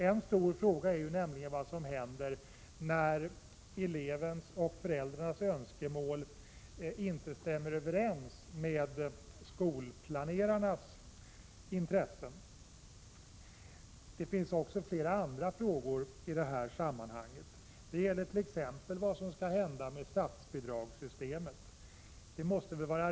En stor fråga är nämligen vad som händer när elevens och föräldrarnas önskemål inte stämmer överens med skolplanerarnas intressen. Det finns också flera andra frågor i detta sammanhang. Det gäller t.ex. frågan om vad som skall hända med statsbidragssystemet.